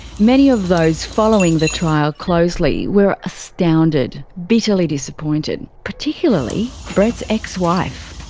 many of those following the trial closely were astounded. bitterly disappointed. particularly. brett's ex-wife.